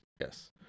yes